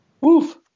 woof